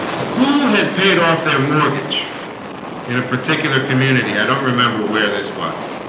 who had paid off their mortgage in a particular community, i don't remember where this was